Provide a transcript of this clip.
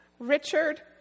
Richard